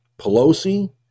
Pelosi